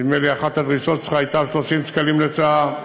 נדמה לי, אחת הדרישות שלך הייתה 30 שקלים לשעה.